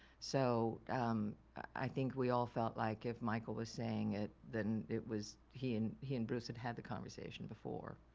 so i think we all felt like if michael was saying it then it was he and he and bruce had had the conversation before.